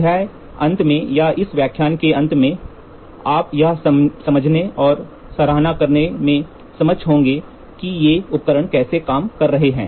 अध्याय अंत में या इस व्याख्यान के अंत में आप यह समझने और सराहना करने में सक्षम होंगे कि ये उपकरण कैसे काम कर रहे हैं